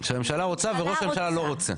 שהממשלה רוצה וראש הממשלה לא רוצה.